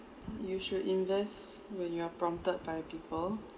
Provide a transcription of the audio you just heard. you should invest when you are prompted by people